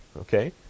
Okay